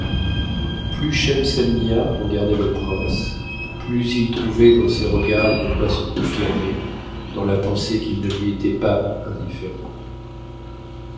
plus schemselnihar regardait le prince plus il trouvait dans ses regards de quoi se confirmer dans la pensée qu'il ne lui était pas indifférent